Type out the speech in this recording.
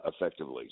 effectively